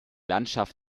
landschaft